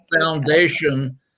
foundation